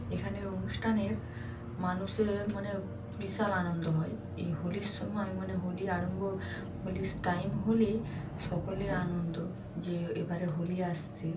এখানে অনুষ্ঠানের মানুষের মানে বিশাল আনন্দ হয় এই হোলির সময় মানে হোলি আরম্ভ হোলির টাইম হলে সকলের আনন্দ যে এবারে হোলি আসছে